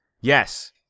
Yes